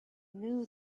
knew